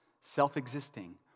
self-existing